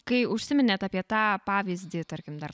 kai užsiminėt apie tą pavyzdį tarkim dar